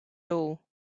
hole